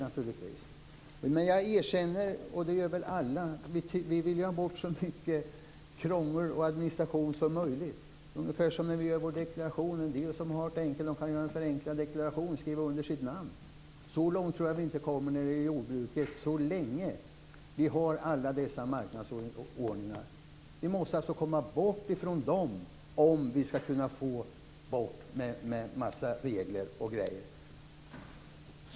Visst kan jag erkänna - det gör väl alla - att vi vill ha bort så mycket krångel och administration som möjligt. Det är ungefär som vid deklarationen: En del har förenklad deklaration och behöver bara skriva under med sitt namn. Så långt tror jag inte att vi kommer när det gäller jordbruket - inte så länge vi har alla dessa marknadsordningar. Vi måste komma bort ifrån dem om vi skall kunna få bort en massa regler m.m.